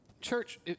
Church